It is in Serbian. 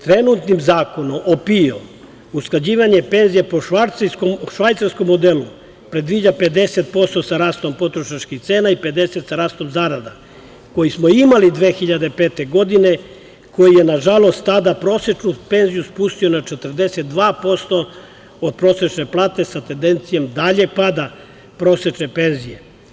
Trenutnim zakonom o PIO usklađivanje penzija po švajcarskom modelu predviđa 50% sa rastom potrošačkih cena i 50% sa rastom zarada, koji smo imali 2005. godine, koji je, nažalost, tada prosečnu penziju spustio na 42% od prosečne plate sa tendencijom daljeg pada prosečne penzije.